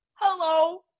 Hello